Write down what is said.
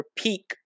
peak